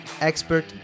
expert